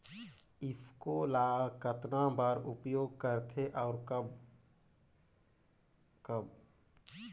ईफको ल कतना बर उपयोग करथे और कब कब?